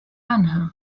عنها